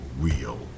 real